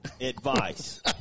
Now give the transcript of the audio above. advice